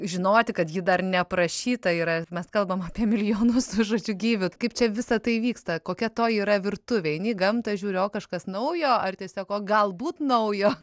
žinoti kad ji dar neaprašyta yra mes kalbam apie milijonus mažučių gyvių kaip čia visa tai vyksta kokia to yra virtuvė eini į gamtą žiūri o kažkas naujo ar tiesiog o galbūt naujo